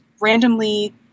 randomly